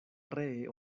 ree